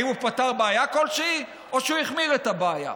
האם הוא פתר בעיה כלשהי או שהוא החמיר את הבעיה?